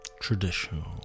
traditional